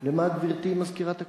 למה, גברתי מזכירת הכנסת?